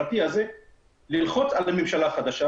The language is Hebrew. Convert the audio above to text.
כל חברי הכנסת שאכפת להם ללחוץ על הממשלה החדשה.